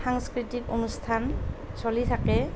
সাংস্কৃতিক অনুষ্ঠান চলি থাকে